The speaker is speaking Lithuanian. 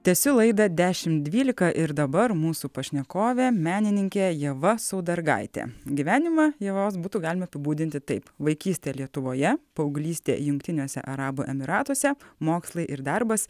tęsiu laidą dešim dvylika ir dabar mūsų pašnekovė menininkė ieva saudargaitė gyvenimą ievos būtų galima apibūdinti taip vaikystė lietuvoje paauglystė jungtiniuose arabų emyratuose mokslai ir darbas